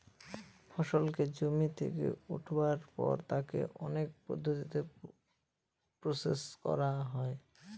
ফসলকে জমি থেকে উঠাবার পর তাকে অনেক পদ্ধতিতে প্রসেস করা হয়